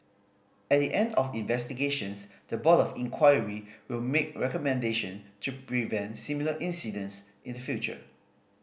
at the end of investigations the Board of Inquiry will make recommendation to prevent similar incidents in the future